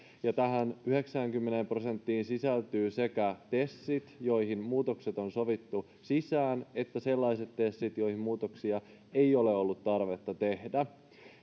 ja tähän yhdeksäänkymmeneen prosenttiin sisältyvät sekä tesit joihin muutokset on sovittu sisään että sellaiset tesit joihin muutoksia ei ole ollut tarvetta tehdä